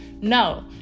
No